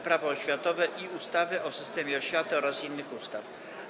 Prawo oświatowe i ustawy o systemie oświaty oraz innych ustaw.